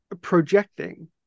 projecting